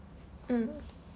mm